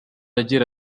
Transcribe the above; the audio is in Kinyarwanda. agira